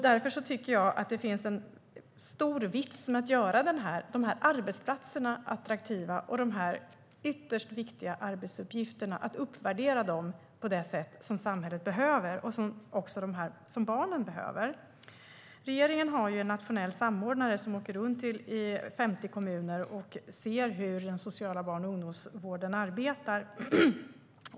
Därför finns en stor vits att göra arbetsplatserna attraktiva och att uppvärdera de ytterst viktiga arbetsuppgifterna på det sätt som samhället behöver och som barnen behöver. Regeringen har en nationell samordnare som åker runt i 50 kommuner och tittar på hur den sociala barn och ungdomsvården arbetar.